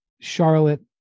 Charlotte